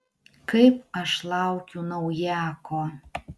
kaip aš laukiu naujako